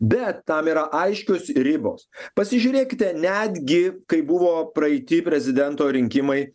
bet tam yra aiškios ribos pasižiūrėkite netgi kai buvo praeity prezidento rinkimai